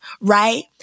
right